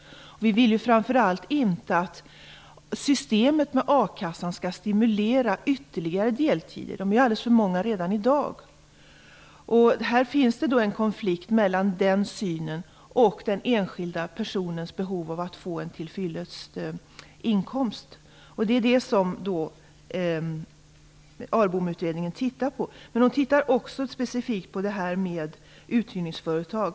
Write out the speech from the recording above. Vi vill ju framför allt inte att systemet med akassa skall stimulera ytterligare deltider - de är alldeles för många redan i dag. Det finns en konflikt mellan den synen och den enskilda personens behov av att få en inkomst som är till fyllest. Det är det som ARBOM tittar på. Men man tittar också specifikt på frågan om uthyrningsföretag.